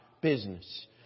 business